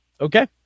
Okay